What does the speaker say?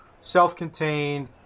self-contained